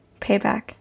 Payback